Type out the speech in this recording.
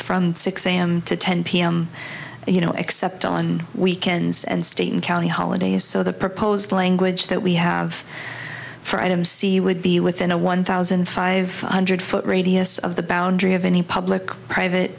from six am to ten pm you know except on weekends and state and county holidays so the proposed language that we have for mc would be within a one thousand five hundred foot radius of the boundary of any public private